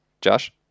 Josh